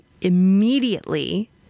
immediately